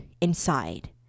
inside